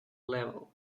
level